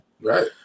Right